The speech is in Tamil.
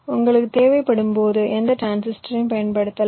உங்களுக்குத் தேவைப்படும்போது எந்த டிரான்சிஸ்டரையும் பயன்படுத்தலாம்